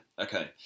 Okay